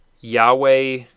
Yahweh